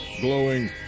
glowing